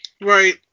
Right